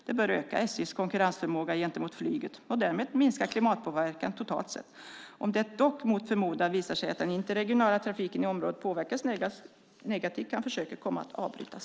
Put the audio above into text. Det bör öka SJ:s konkurrensförmåga gentemot flyget och därmed minska klimatpåverkan totalt sett. Om det dock mot förmodan visar sig att den interregionala trafiken i området påverkas negativt, kan försöket komma att avbrytas.